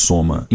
Soma